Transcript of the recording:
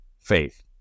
Faith